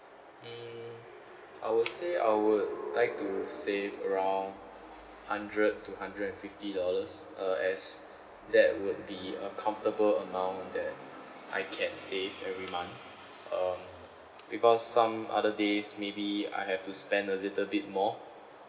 mm I would say I would like to save around hundred to hundred and fifty dollars uh as that would be a comfortable amount that I can save every month um because some other days maybe I have to spend a little bit more